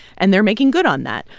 and they're making good on that.